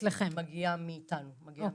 מגיעה ממד"א.